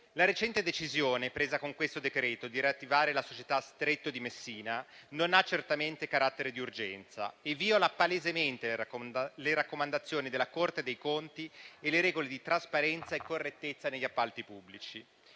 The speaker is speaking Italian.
La recente decisione, presa con questo decreto, di riattivare la società Stretto di Messina non ha certamente carattere di urgenza e viola palesemente le raccomandazioni della Corte dei conti e le regole di trasparenza e correttezza negli appalti pubblici.